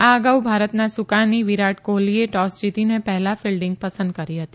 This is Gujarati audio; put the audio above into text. આ અગાઉ ભારતના સુકાની વિરાટ કોહલીએ ટોસ જીતીને પહેલાં ફિલ્ડીંગ પસંદ કરી હતી